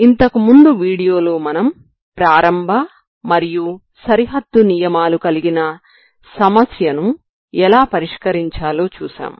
ఇంతకు ముందు వీడియోలో మనం ప్రారంభ మరియు సరిహద్దు నియమాలు కలిగిన సమస్యను ఎలా పరిష్కరించాలో చూశాము